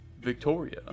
Victoria